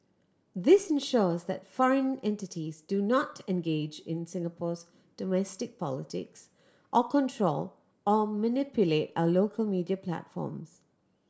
this ensures that foreign entities do not engage in Singapore's domestic politics or control or manipulate our local media platforms